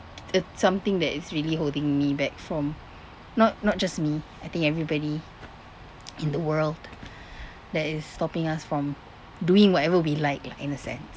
it's something that is really holding me back from not not just me I think everybody in the world that is stopping us from doing whatever we like lah in a sense